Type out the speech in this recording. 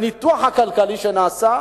לפי ניתוח כלכלי שנעשה,